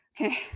Okay